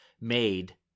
made